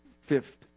fifth